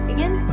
Again